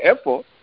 effort